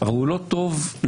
אבל הוא לא טוב לעניין.